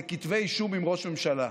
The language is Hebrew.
זה כתבי אישום עם ראש ממשלה.